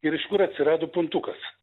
ir iš kur atsirado puntukas